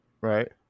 right